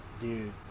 Dude